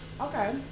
Okay